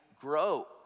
grow